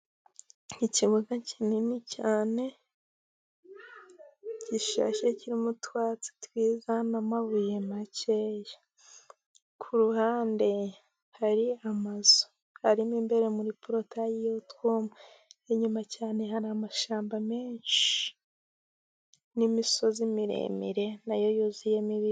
Ikibuga kinini cyane, gishashye kirimo utwatsi twiza, namabuye makeya, kuruhande hari amazu arimo imbere muri porotaye y'utwuma, inyuma cyane hari amashyamba menshi, n'imisozi miremire, nayo yuzuyemo ibiryo.